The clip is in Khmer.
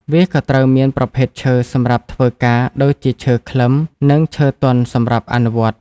វាក៏ត្រូវមានប្រភេទឈើសម្រាប់ធ្វើការដូចជាឈើខ្លឹមនិងឈើទន់សម្រាប់អនុវត្ត។